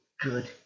Good